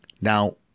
Now